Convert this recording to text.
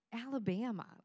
Alabama